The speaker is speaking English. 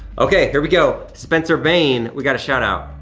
okay, here we go. spencer vane, we got a shout-out,